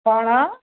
କ'ଣ